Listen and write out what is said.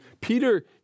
Peter